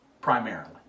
primarily